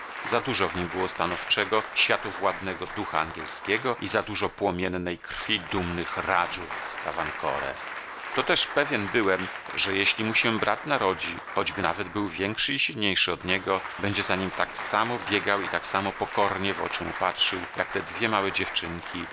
za dużo w nim było stanowczego światowładnego ducha angielskiego i za dużo płomiennej krwi dumnych radżów z travancore to też pewien byłem że jeśli mu się brat narodzi choćby nawet był większy i silniejszy od niego będzie za nim tak samo biegał i tak samo pokornie w oczy mu patrzył jak te dwie małe dziewczynki